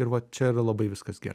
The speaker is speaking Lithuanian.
ir va čia yra labai viskas gerai